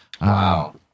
Wow